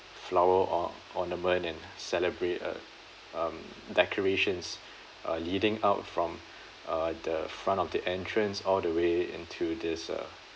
flower or ornament and celebrate uh um decorations uh leading out from uh the front of the entrance all the way into this uh